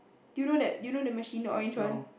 do you know that you know the machine orange one